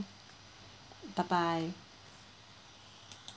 bye bye